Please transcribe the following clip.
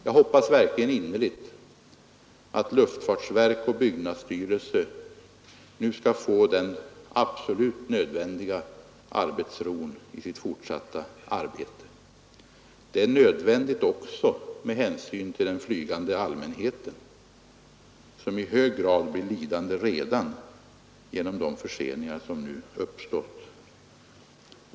Jag hoppas verkligen innerligt att luftfartsverket och byggnadsstyrelsen nu skall få den absolut nödvändiga arbetsron i sitt fortsatta arbete. Det är nödvändigt också med hänsyn till den flygande allmänheten, som i hög grad blir lidande redan genom de förseningar som nu uppstått.